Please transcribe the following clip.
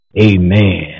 Amen